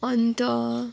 अन्त